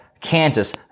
Kansas